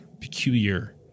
peculiar